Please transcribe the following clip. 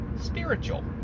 spiritual